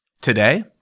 Today